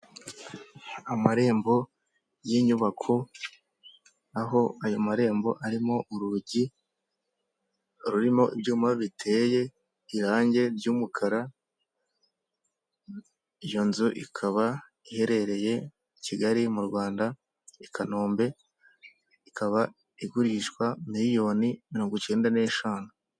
Amarembo y'inyubako aho ayo marembo arimo urugi rurimo ibyuma biteye irangi ry'umukara, iyo nzu ikaba iherereye Kigali mu Rwanda i Kanombe, ikaba igurishwa miliyoni mirongo cyenda n'eshanu.